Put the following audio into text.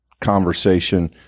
conversation